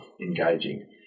engaging